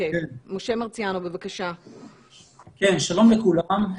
שלום לכולם.